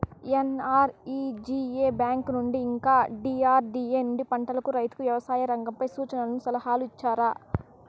NREGA bank నుండి ఇంకా DRDA నుండి పంటలకు రైతుకు వ్యవసాయ రంగంపై సూచనలను సలహాలు ఇచ్చారా